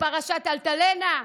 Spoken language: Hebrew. בפרשת אלטלנה,